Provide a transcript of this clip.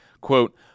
quote